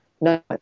No